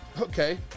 Okay